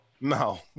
No